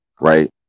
right